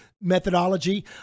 methodology